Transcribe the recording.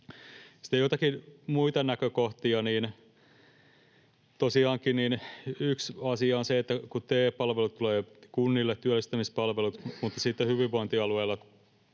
Sitten joitakin muita näkökohtia: Tosiaankin yksi asia on se, että kun TE-palvelut tulevat kunnille, työllistämispalvelut, mutta sitten hyvinvointialueelle